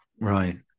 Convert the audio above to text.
Right